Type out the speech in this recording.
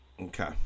Okay